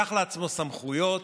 לקח לעצמו סמכויות,